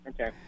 Okay